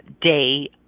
day